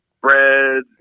Bread